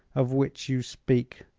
of which you speak,